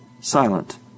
silent